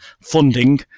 funding